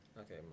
Okay